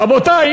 רבותי,